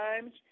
times